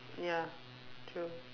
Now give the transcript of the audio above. ya true